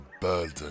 burden